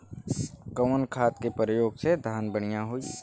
कवन खाद के पयोग से धान बढ़िया होई?